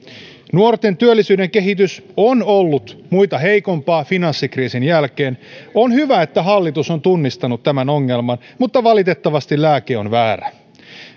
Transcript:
nuorten työllisyyden kehitys on ollut muita heikompaa finanssikriisin jälkeen on hyvä että hallitus on tunnistanut tämän ongelman mutta valitettavasti lääke on väärä